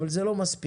אבל זה לא מספיק,